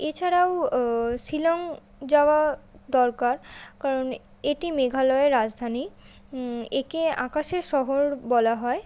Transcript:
এছাড়াও শিলং যাওয়া দরকার কারণ এটি মেঘালয়ের রাজধানী একে আকাশের শহর বলা হয়